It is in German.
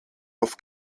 auf